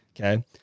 Okay